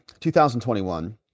2021